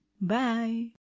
Bye